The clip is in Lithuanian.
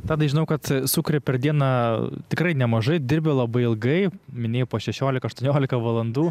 tadai žinau kad sukuri per dieną tikrai nemažai dirbi labai ilgai minėjai po šešiolika aštuoniolika valandų